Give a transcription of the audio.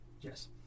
Yes